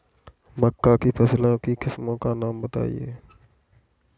मक्का की फसल की किस्मों का नाम बताइये